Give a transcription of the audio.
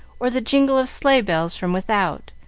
or the jingle of sleigh-bells from without,